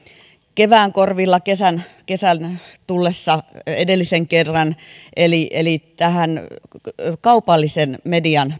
kevään korvilla kesän kesän tullessa edellisen kerran eli eli näistä kaupallisen median